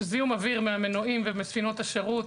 זיהום אוויר מהמנועים ומספינות השירות,